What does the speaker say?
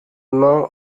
main